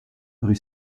rue